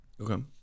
okay